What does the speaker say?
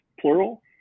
plural